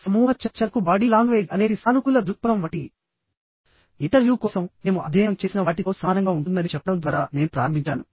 సమూహ చర్చలకు body language అనేది మీ రూపం మీ వైఖరి వ్యక్తిత్వం మరియు సానుకూల దృక్పథం వంటి ఇంటర్వ్యూ కోసం మేము అధ్యయనం చేసిన వాటితో సమానంగా ఉంటుందని చెప్పడం ద్వారా నేను ప్రారంభించాను